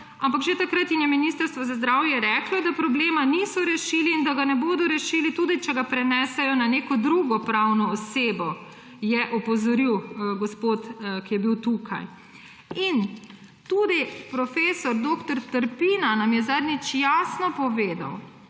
ampak že takrat jim je Ministrstvo za zdravje reklo, da problema niso rešili in da ga ne bodo rešili, tudi če ga prenesejo na neko drugo pravno osebo, je opozoril gospod, ki je bil tukaj. Tudi prof. dr. Trpin nam je zadnjič jasno povedal,